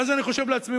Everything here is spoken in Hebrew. ואז אני חושב לעצמי,